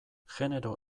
genero